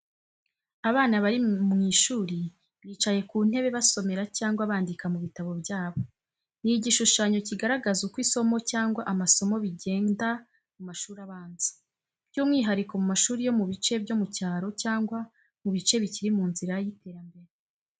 Abana bari mu ishuri, bicaye ku ntebe basomera cyangwa bandika mu bitabo byabo. Ni igishushanyo kigaragaza uko isomo cyangwa amasomo bigenda mu mashuri abanza, by’umwihariko mu mashuri yo mu bice byo mu cyaro cyangwa mu bice bikiri mu nzira y’iterambere.